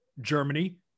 Germany